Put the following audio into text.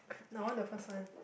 no I want the first one